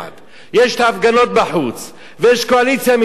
יש ההפגנות בחוץ ויש קואליציה מצד שני,